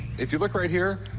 if you look right here,